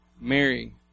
Mary